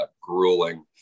grueling